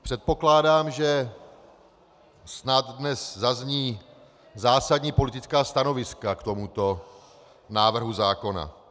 Předpokládám, že snad dnes zazní zásadní politická stanoviska k tomuto návrhu zákona.